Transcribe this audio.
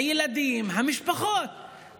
הילדים, המשפחות.